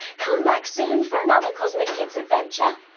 come back soon for another cosmic kids adventure.